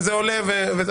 וזה עולה.